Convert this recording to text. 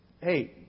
Hey